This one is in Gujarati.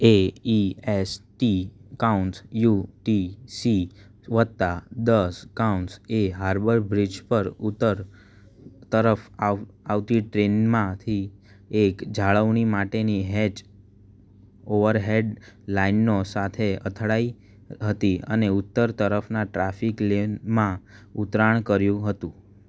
એ E S T counts U T C વત્તા દસ કાઉન્ટ્સ એ હાર્બર બ્રિજ પર ઉત્તર તરફ આવતી ટ્રેનમાંથી એક જાળવણી માટેની હેચ ઓવરહેડ લાઈનો સાથે અથડાઈ હતી અને ઉત્તર તરફનાં ટ્રાફિક લેનમાં ઉતરાણ કર્યું હતું